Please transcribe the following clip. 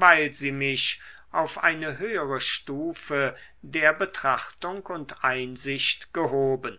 weil sie mich auf eine höhere stufe der betrachtung und einsicht gehoben